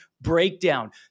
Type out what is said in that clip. breakdown